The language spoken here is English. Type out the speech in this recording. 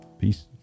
Peace